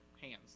hands